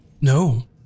No